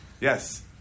Yes